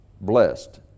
Blessed